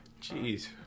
Jeez